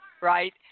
right